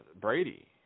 Brady